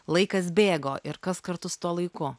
laikas bėgo ir kas kartu su tuo laiku